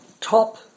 top